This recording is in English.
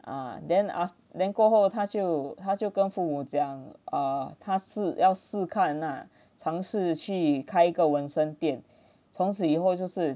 ah then af~ then 过后他就他就跟父母讲 err 他是要式看啊尝试去开一个纹身店从此以后就是